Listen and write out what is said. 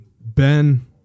Ben